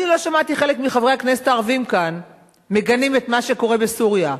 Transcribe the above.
אני לא שמעתי חלק מחברי הכנסת הערבים כאן מגנים את מה שקורה בסוריה.